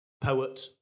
poet